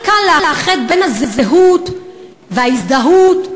כולם כל כך נהנים מ"דאעש" ומהח'ליפות האסלאמית,